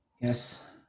Yes